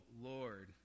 Lord